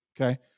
Okay